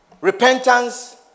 Repentance